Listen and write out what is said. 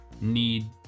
need